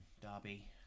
Derby